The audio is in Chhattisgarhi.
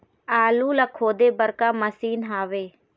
आलू ला खोदे बर का मशीन हावे?